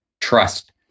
trust